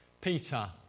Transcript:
Peter